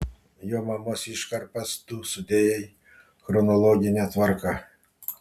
jo mamos iškarpas tu sudėjai chronologine tvarka